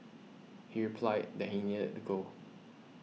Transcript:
he replied that he needed to go